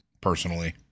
personally